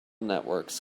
networks